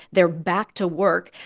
they're back to work.